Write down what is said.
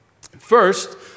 First